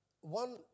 One